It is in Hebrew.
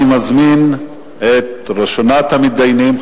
אני מזמין את ראשונת המתדיינים,